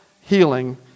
healing